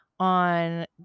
on